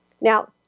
Now